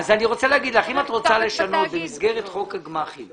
שאם את רוצה לשנות במסגרת חוק הגמ"חים